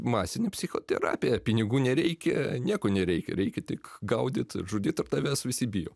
masinė psichoterapija pinigų nereikia nieko nereikia reikia tik gaudyt žudyt ir tavęs visi bijo